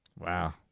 Wow